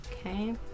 Okay